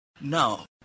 Now